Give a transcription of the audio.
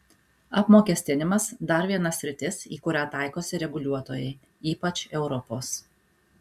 apmokestinimas dar viena sritis į kurią taikosi reguliuotojai ypač europos